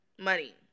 money